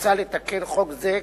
מוצע לתקן חוק זה,